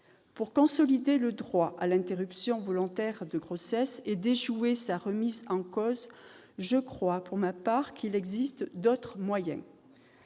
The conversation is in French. Pour consolider le droit à l'interruption volontaire de grossesse et déjouer sa remise en cause, je crois pour ma part qu'il existe d'autres moyens.